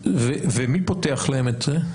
מי פותח להם את זה?